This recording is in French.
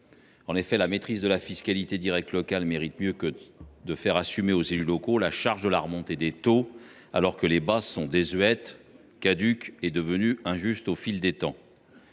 La maîtrise de la fiscalité directe locale mérite mieux que de faire assumer aux élus locaux la charge de la remontée des taux alors que les bases sont désuètes, caduques et devenues injustes au fil du temps.